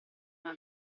una